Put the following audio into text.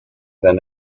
than